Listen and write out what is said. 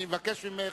אני מבקש ממך.